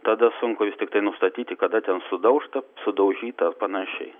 tada sunku vis tiktai nustatyti kada ten sudaužta sudaužyta ar panašiai